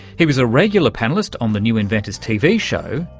he was a regular panellist on the new inventors tv show,